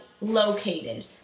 located